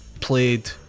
Played